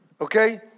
okay